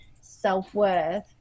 self-worth